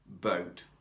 boat